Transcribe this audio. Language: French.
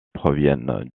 proviennent